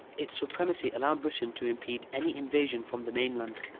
its supremacy allowed britain to impede any invasion from the mainland,